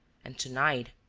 and, to-night,